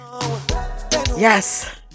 Yes